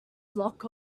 block